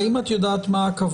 האם את יודעת מה הכוונה?